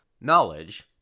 knowledge